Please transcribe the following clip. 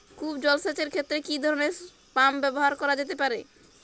কূপ জলসেচ এর ক্ষেত্রে কি ধরনের পাম্প ব্যবহার করা যেতে পারে?